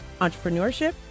entrepreneurship